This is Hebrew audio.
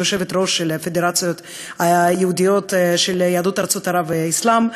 יושבת-ראש הפדרציות היהודיות של יהדות ארצות ערב והאסלאם,